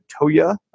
Toya